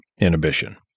inhibition